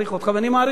ואני מעריך אותך,